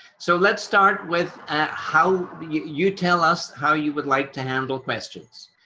so let's start with ah how you tell us how you would like to handle questions.